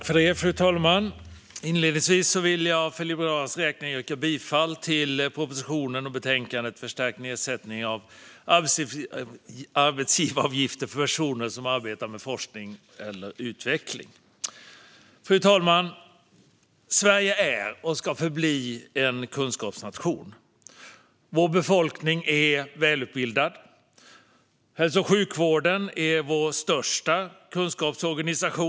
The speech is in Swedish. Fru talman! Inledningsvis vill jag för Liberalernas räkning yrka bifall till propositionen och utskottets förslag i betänkandet Förstärkt nedsättning av arbetsgivaravgifter för personer som arbetar med forskning eller utveckling . Fru talman! Sverige är och ska förbli en kunskapsnation. Vår befolkning är välutbildad. Hälso och sjukvården är vår största kunskapsorganisation.